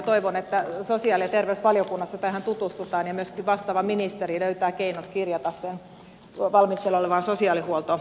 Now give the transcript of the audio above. toivon että sosiaali ja terveysvaliokunnassa tähän tutustutaan ja myöskin vastaava ministeri löytää keinot kirjata sen valmisteilla olevaan sosiaalihuoltolakiin